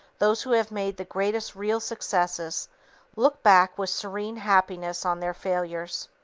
those who have made the greatest real successes look back with serene happiness on their failures.